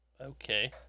Okay